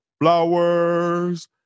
Flowers